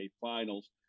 finals